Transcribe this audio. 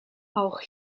auch